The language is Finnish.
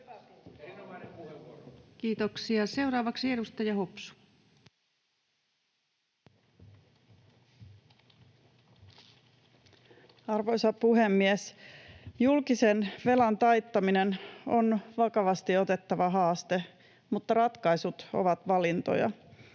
vuodelle 2024 Time: 20:19 Content: Arvoisa puhemies! Julkisen velan taittaminen on vakavasti otettava haaste, mutta ratkaisut ovat valintoja.